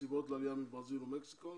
הסיבות לעלייה מברזיל ומקסיקו.